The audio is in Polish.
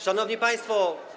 Szanowni Państwo!